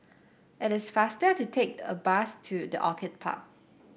it is faster to take the a bus to the Orchid Park